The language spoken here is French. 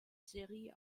série